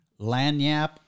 Lanyap